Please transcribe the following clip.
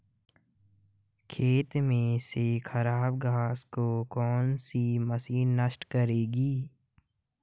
खेत में से खराब घास को कौन सी मशीन नष्ट करेगी?